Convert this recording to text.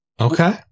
Okay